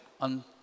on